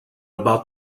about